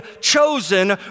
chosen